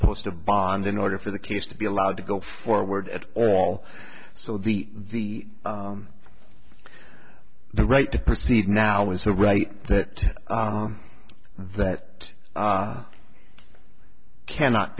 post a bond in order for the case to be allowed to go forward at all so the the the right to proceed now is a right that that cannot